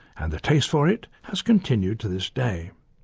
and the taste for it has continued to this day.